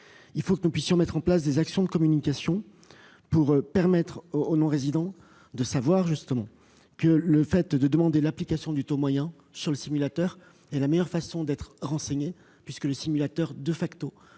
Il faut que nous puissions mettre en place des actions de communication pour permettre aux non-résidents de savoir que le fait de demander l'application du taux moyen sur le simulateur est la meilleure façon d'être renseigné, puisque,, l'option la